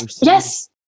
yes